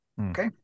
okay